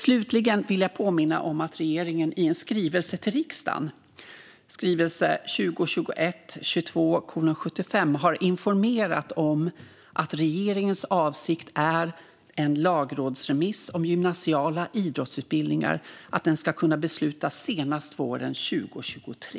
Slutligen vill jag påminna om att regeringen i en skrivelse till riksdagen har informerat om att regeringens avsikt är att en lagrådsremiss om gymnasiala idrottsutbildningar ska kunna beslutas senast våren 2023.